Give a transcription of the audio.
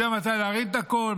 יודע מתי להרים את הקול,